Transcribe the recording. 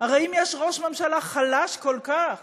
הרי אם יש ראש ממשלה חלש כל כך,